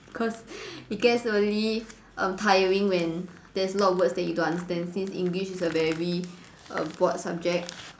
cause it gets really err tiring when there's a lot of words you don't understand since English is a very err broad subject